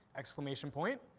exclamation point.